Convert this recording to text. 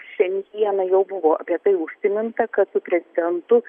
šiandieną jau buvo apie tai užsiminta kad su prezidentu